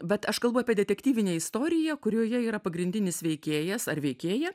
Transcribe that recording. bet aš kalbu apie detektyvinę istoriją kurioje yra pagrindinis veikėjas ar veikėja